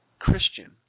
Christian